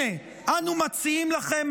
הינה, אנו מציעים לכם.